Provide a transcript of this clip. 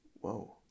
Whoa